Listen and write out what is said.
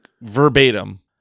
verbatim